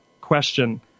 question